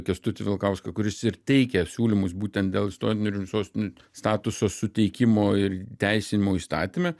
kęstutį vitkauską kuris ir teikia siūlymus būtent dėl istorinių sostinių statuso suteikimo ir įteisinimo įstatyme